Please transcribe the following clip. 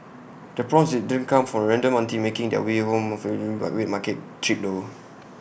the prawns didn't come from A random auntie making her way home from her weekly wet market trip though